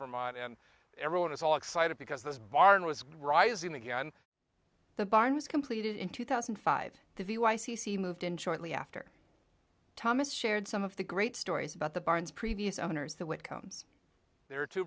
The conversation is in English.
vermont and everyone was all excited because this barn was rising again the barn was completed in two thousand and five the view i c c moved in shortly after thomas shared some of the great stories about the barns previous owners the what comes there are two